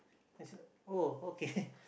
I said oh okay